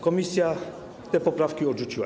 Komisja te poprawki odrzuciła.